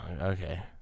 Okay